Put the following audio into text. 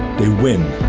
they win,